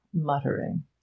muttering